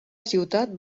ciutat